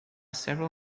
several